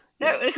No